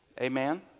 Amen